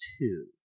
two